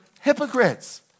hypocrites